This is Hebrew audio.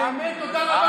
באמת תודה רבה לכם.